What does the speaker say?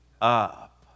up